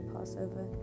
Passover